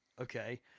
Okay